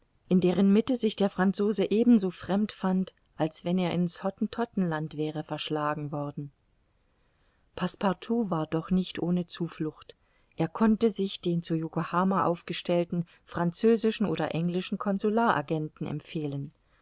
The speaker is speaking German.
in deren mitte sich der franzose ebenso fremd fand als wenn er in's hottentottenland wäre verschlagen worden passepartout war doch nicht ohne zuflucht er konnte sich den zu yokohama aufgestellten französischen oder englischen consular agenten empfehlen